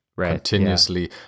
continuously